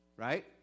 Right